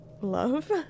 Love